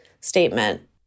statement